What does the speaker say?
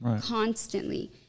constantly